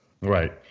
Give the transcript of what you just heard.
right